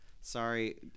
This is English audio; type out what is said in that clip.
Sorry